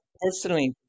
personally